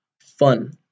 Fun